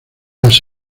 las